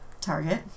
Target